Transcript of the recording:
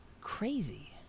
crazy